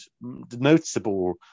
noticeable